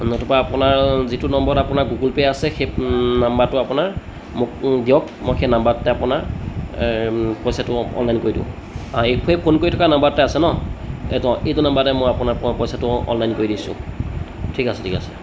নতুবা আপোনাৰ যিটো নম্বৰত আপোনাৰ গুগল পে' আছে সেই নাম্বাৰটো আপোনাৰ মোক দিয়ক মই সেই নাম্বাৰটোতে আপোনাৰ পইচাটো অনলাইন কৰি দিওঁ ফোন কৰি থকা নাম্বাৰতে আছে ন এইটো এইটো নাম্বাৰতে মই আপোনাৰ পইচাটো অনলাইন কৰি দিছোঁ ঠিক আছে ঠিক আছে